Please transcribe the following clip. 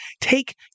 take